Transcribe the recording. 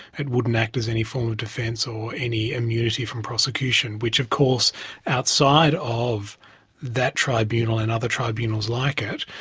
it wouldn't act as any form of defence or any immunity from prosecution, which of course outside of that tribunal and other tribunals like it,